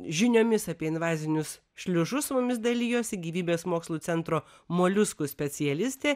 žiniomis apie invazinius šliužus su mumis dalijosi gyvybės mokslų centro moliuskų specialistė